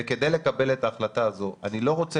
וכדי לקבל את ההחלטה הזאת אני לא רוצה